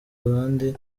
abandi